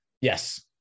Yes